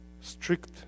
strict